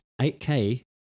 8K